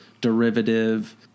derivative